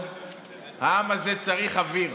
העם הזה צריך אוויר.